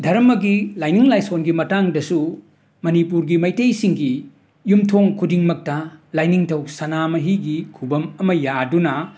ꯙꯔꯃꯒꯤ ꯂꯥꯏꯅꯤꯡ ꯂꯥꯏꯁꯣꯟꯒꯤ ꯃꯇꯥꯡꯗꯁꯨ ꯃꯅꯤꯄꯨꯔꯒꯤ ꯃꯩꯇꯩꯁꯤꯡꯒꯤ ꯌꯨꯝꯊꯣꯡ ꯈꯨꯗꯤꯡꯃꯛꯇ ꯂꯥꯏꯅꯤꯡꯊꯧ ꯁꯅꯥꯃꯍꯤꯒꯤ ꯈꯨꯕꯝ ꯑꯃ ꯌꯥꯗꯨꯅ